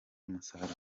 umusaruro